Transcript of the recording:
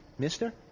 Mister